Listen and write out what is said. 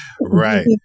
Right